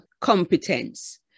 competence